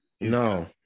No